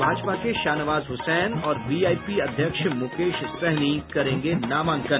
भाजपा के शाहनवाज हुसैन और वीआईपी अध्यक्ष मुकेश सहनी करेंगे नामांकन